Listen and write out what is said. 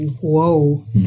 whoa